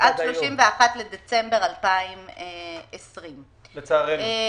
ה-31 בדצמבר 2020. לצערנו,